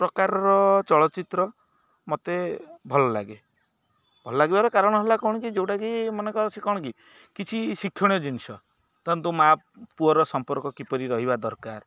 ପ୍ରକାରର ଚଳଚ୍ଚିତ୍ର ମତେ ଭଲ ଲାଗେ ଭଲ ଲାଗିବାର କାରଣ ହେଲା କ'ଣ କି ଯେଉଁଟାକି ମନେକର ସେ କ'ଣ କି କିଛି ଶିକ୍ଷଣୀୟ ଜିନିଷ ଧରନ୍ତୁ ମା ପୁଅର ସମ୍ପର୍କ କିପରି ରହିବା ଦରକାର